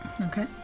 Okay